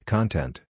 Content